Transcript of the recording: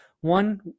One